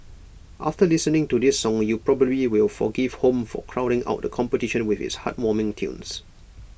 after listening to this song you probably will forgive home for crowding out the competition with its heartwarming tunes